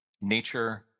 nature